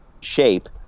shape